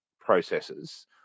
processes